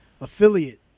affiliate